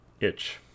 itch